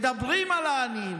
מדברים על העניים,